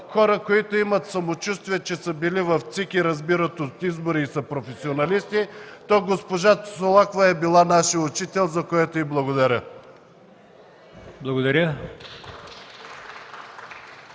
хора, които имат самочувствие, че са били в ЦИК и разбират от избори, и са професионалисти, то госпожа Солакова е била нашият учител, за което й благодаря!